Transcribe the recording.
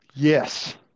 Yes